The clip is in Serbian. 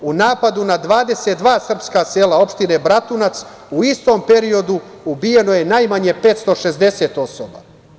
U napadu na 22 srpska sela opštine Bratunac u istom periodu ubijeno je najmanje 560 osoba.